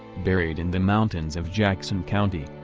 buried in the mountains of jackson county,